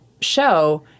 show